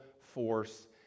force